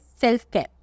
self-care